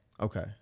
Okay